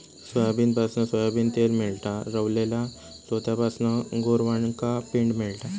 सोयाबीनपासना सोयाबीन तेल मेळता, रवलल्या चोथ्यापासना गोरवांका पेंड मेळता